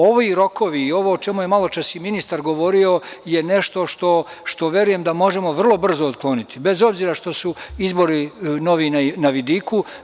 Ovi rokovi i ovo o čemu je malo čas i ministar govorio su nešto što verujem da možemo vrlo brzo otkloniti, bez obzira što su novi izbori na vidiku.